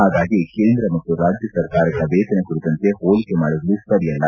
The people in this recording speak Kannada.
ಪಾಗಾಗಿ ಕೇಂದ್ರ ಮತ್ತು ರಾಜ್ಯ ಸರ್ಕಾರಗಳ ವೇತನ ಕುರಿತಂತೆ ಹೋಲಿಕೆ ಮಾಡುವುದು ಸರಿಯಲ್ಲ